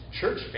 church